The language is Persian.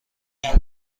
این